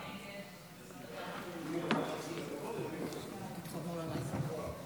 חוק המאבק בטרור (תיקון מס' 9 והוראת שעה),